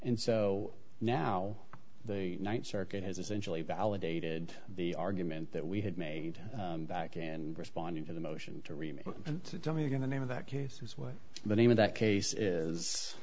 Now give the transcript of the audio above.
and so now the th circuit has essentially validated the argument that we had made back and responding to the motion to remain and tell me again the name of that case is what the name of that case is